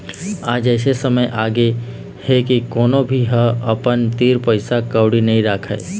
आज अइसे समे आगे हे के कोनो भी ह अपन तीर पइसा कउड़ी नइ राखय